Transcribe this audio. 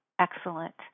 Excellent